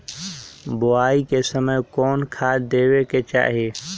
बोआई के समय कौन खाद देवे के चाही?